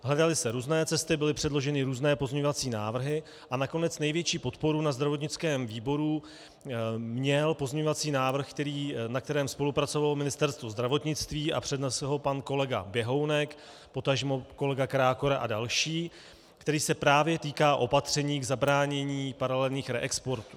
Hledaly se různé cesty, byly předloženy různé pozměňovací návrhy a nakonec největší podporu na zdravotnickém výboru měl pozměňovací návrh, na kterém spolupracovalo Ministerstvo zdravotnictví a přednesl ho pan kolega Běhounek, potažmo kolega Krákora a další, který se právě týká opatření k zabránění paralelních reexportů.